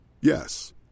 Yes